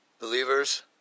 believers